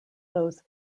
those